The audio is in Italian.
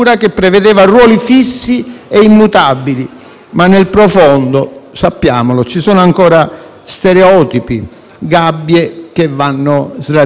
ma nel profondo - sappiamolo - ci sono ancora stereotipi e gabbie che vanno sradicate.